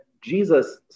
Jesus